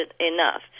enough